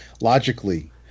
logically